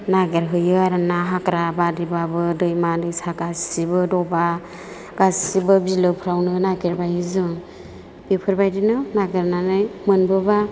नागिर हैयो आरोना हाग्रा बारिबाबो दैमा दैसा गासैबो दबा गासैबो बिलोफोरावनो नागिरबायो जों बेफोरबायदिनो नागिरनानै मोनबोबा